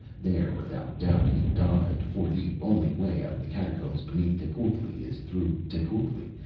there without doubt he died, for the only way out of the catacombs beneath tecuhltli is through tecuhltli,